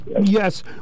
yes